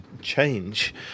change